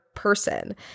person